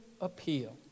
appeal